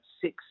six